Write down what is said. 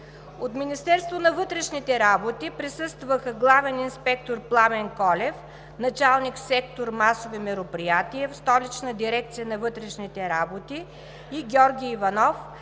От Министерството на вътрешните работи присъстваха: главен инспектор Пламен Колев – началник на сектор „Масови мероприятия“ в Столична дирекция на вътрешните работи, и Георги Иванов